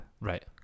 Right